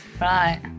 right